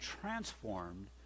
transformed